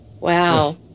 Wow